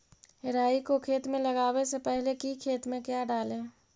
राई को खेत मे लगाबे से पहले कि खेत मे क्या डाले?